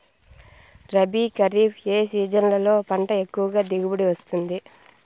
రబీ, ఖరీఫ్ ఏ సీజన్లలో పంట ఎక్కువగా దిగుబడి వస్తుంది